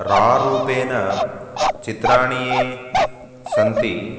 रा रूपेण चित्राणि यानि सन्ति